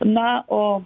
na o